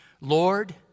Lord